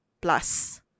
plus